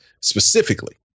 specifically